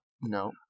No